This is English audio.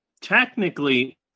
Technically